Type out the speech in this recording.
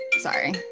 Sorry